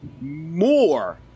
more